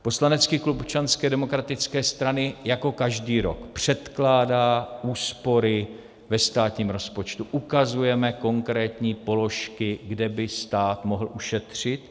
Poslanecký klub Občanské demokratické strany jako každý rok předkládá úspory ve státním rozpočtu, ukazujeme konkrétní položky, kde by stát mohl ušetřit.